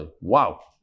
Wow